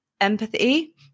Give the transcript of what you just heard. empathy